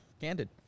candid